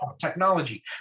technology